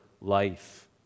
life